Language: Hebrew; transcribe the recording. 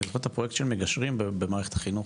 אני זוכר את הפרויקט של מגשרים במערכת החינוך.